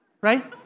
Right